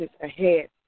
ahead